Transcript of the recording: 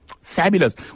Fabulous